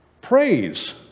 praise